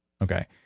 Okay